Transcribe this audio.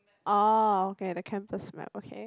ah okay the campus map okay